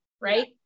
right